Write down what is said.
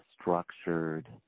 structured